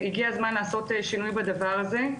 הגיע הזמן לעשות שינוי בדבר הזה.